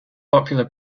popular